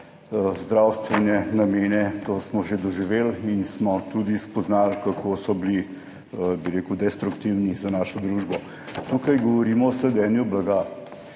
zdravstvene namene. To smo že doživeli in smo tudi spoznali, kako so bili, bi rekel, destruktivni za našo družbo. Tukaj govorimo o sledenju blagu